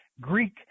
Greek